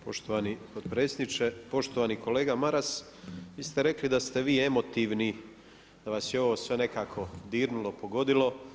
Poštovani potpredsjedniče, poštovani kolega Maras vi ste rekli da ste vi emotivni, da vas je sve ovo nekako dirnulo, pogodilo.